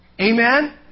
Amen